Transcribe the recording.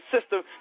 system